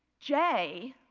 jay